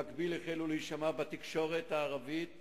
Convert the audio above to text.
במקביל החלו להישמע בתקשורת הערבית